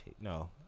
no